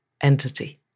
entity